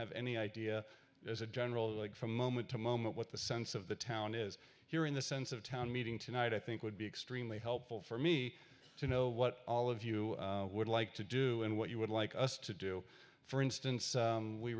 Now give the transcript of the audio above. have any idea as a general like from moment to moment what the sense of the town is here in the sense of town meeting tonight i think would be extremely helpful for me to know what all of you would like to do and what you would like us to do for instance